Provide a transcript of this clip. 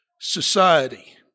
society